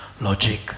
Logic